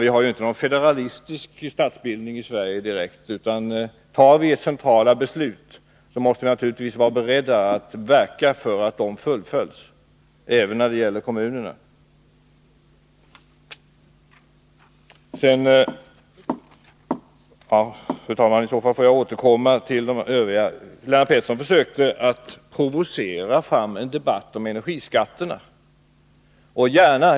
Vi har ju inte någon federalistisk statsbildning i Sverige, utan om vi fattar centrala beslut, så måste vi naturligtvis vara beredda att verka för att de fullföljs, även när det gäller kommunerna. Fru talman! Min taletid är slut och jag får återkomma till de övriga frågorna. Låt mig avslutningsvis bara säga att Lennart Pettersson försökte provocera fram en debatt om energiskatterna.